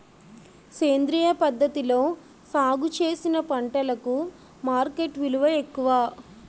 సేంద్రియ పద్ధతిలో సాగు చేసిన పంటలకు మార్కెట్ విలువ ఎక్కువ